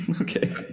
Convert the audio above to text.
Okay